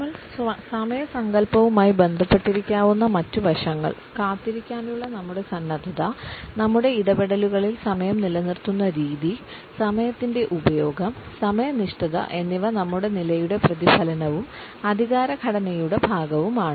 നമ്മുടെ സമയ സങ്കൽപ്പവുമായി ബന്ധപ്പെട്ടിരിക്കാവുന്ന മറ്റ് വശങ്ങൾ കാത്തിരിക്കാനുള്ള നമ്മുടെ സന്നദ്ധത നമ്മുടെ ഇടപെടലുകളിൽ സമയം നിലനിർത്തുന്ന രീതി സമയത്തിന്റെ ഉപയോഗം സമയനിഷ്ഠത എന്നിവ നമ്മുടെ നിലയുടെ പ്രതിഫലനവും അധികാര ഘടനയുടെ ഭാഗവുമാണ്